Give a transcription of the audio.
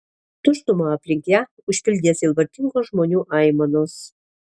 tuštumą aplink ją užpildė sielvartingos žmonių aimanos